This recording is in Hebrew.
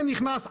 אין נכנס,